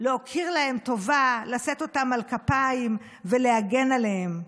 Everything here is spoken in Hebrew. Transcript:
להכיר להם טובה, לשאת אותם על כפיים ולהגן עליהם,